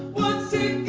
what's it